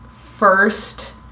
first